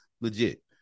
legit